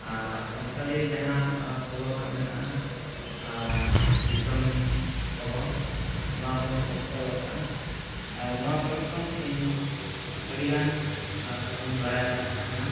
ᱟᱨ ᱥᱟᱱᱛᱟᱲᱤ ᱡᱟᱦᱟᱸ ᱠᱷᱚᱵᱚᱨ ᱠᱚ ᱱᱟᱜ ᱢᱮᱱᱟᱜᱼᱟ ᱟᱨ ᱫᱤᱥᱚᱢ ᱠᱷᱚᱵᱚᱨ ᱱᱚᱣᱟ ᱠᱚᱦᱚᱧ ᱥᱟᱵᱥᱠᱨᱟᱭᱤᱵ ᱟᱠᱟᱜᱼᱟ ᱟᱨ ᱱᱚᱣᱟ ᱠᱚᱨᱮ ᱠᱷᱚᱱ ᱤᱧ ᱟᱹᱰᱤᱜᱟᱱ ᱠᱟᱛᱷᱟᱧ ᱵᱟᱰᱟᱭ ᱫᱟᱲᱮᱜ ᱠᱟᱱᱟ